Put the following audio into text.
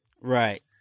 right